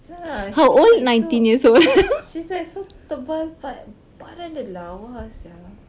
!siala! she's like so she's like so tebal but badan dia lawa sia